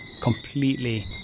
completely